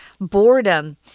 boredom